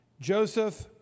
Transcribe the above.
Joseph